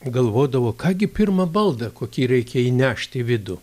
galvodavo ką gi pirmą baldą kokį reikia įnešti į vidų